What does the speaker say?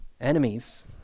enemies